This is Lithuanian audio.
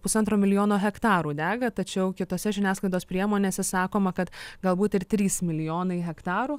pusantro milijono hektarų dega tačiau kitose žiniasklaidos priemonėse sakoma kad galbūt ir trys milijonai hektarų